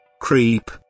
Creep